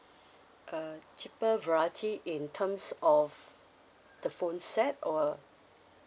uh cheaper variety in terms of the phone set or